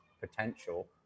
potential